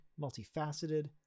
multifaceted